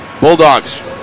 Bulldogs